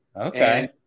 okay